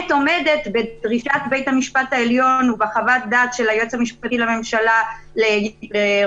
הפגיעה בזכויות והשפעות על המשק,